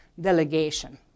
delegation